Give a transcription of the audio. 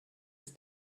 was